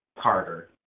Carter